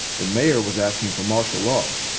the mayor was asking for martial law,